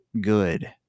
good